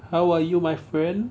how are you my friend